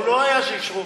הוא לא היה כשאישרו.